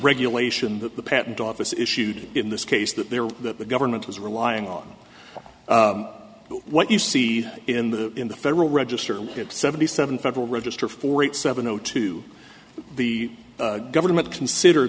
regulation that the patent office issued in this case that they were that the government was relying on what you see in the in the federal register that seventy seven federal register four eight seven zero two the government considered